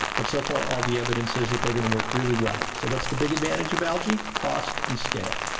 but so far all the evidence is that they are going to work really well. so what's the big advantage of algae? cost and scale.